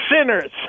sinners